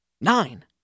Nine